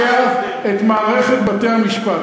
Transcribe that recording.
זה לקעקע את מערכת בתי-המשפט.